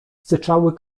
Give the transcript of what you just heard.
syczały